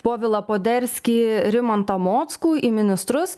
povilą poderskį rimantą mockų į ministrus